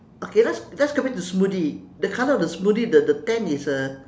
okay let's let's get back to smoothie the colour of the smoothie the the tent is uh